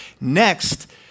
next